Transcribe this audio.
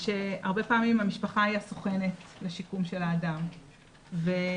שהרבה פעמים המשפחה היא הסוכנת לשיקום של האדם ונוצרות